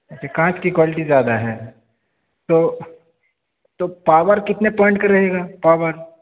کانچ کی کوالٹی زیادہ ہے تو تو پاور کتنے پوائنٹ کا رہے گا پاور